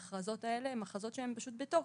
ההכרזות האלה הן הכרזות שהן פשוט בתוקף.